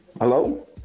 Hello